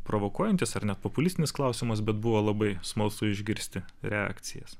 provokuojantis ar net populistinis klausimas bet buvo labai smalsu išgirsti reakcijas